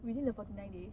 you mean the forty nine days